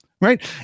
right